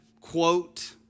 quote